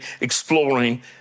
exploring